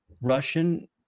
Russian